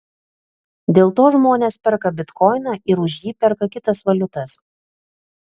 dėl to žmonės perka bitkoiną ir už jį perka kitas valiutas